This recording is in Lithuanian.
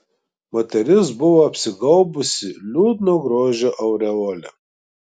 moteris buvo apsigaubusi liūdno grožio aureole